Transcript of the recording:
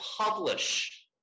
publish